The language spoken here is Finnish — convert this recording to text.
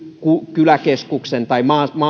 kyläkeskuksen tai